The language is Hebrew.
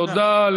תודה.